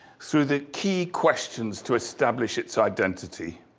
through the key questions to establish its identity.